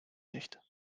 nicht